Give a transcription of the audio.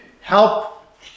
help